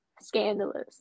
scandalous